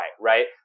right